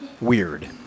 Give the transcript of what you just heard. weird